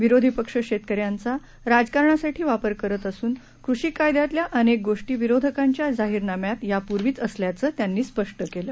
विरोधी पक्ष शेतकऱ्यांचा राजकारणासाठी वापर करत असून कृषीकायद्यातल्या अनेक गोष्टी विरोधकांच्या जाहीरनाम्यात यापूर्वीच असल्याचं त्यांनी स्पष्ट केलं